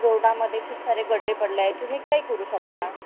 रोडामध्ये खूप सारे खड्डे पडले आहेत तुम्ही काय करू शकता